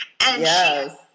Yes